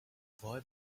boy